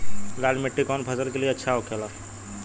लाल मिट्टी कौन फसल के लिए अच्छा होखे ला?